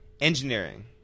engineering